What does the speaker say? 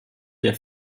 der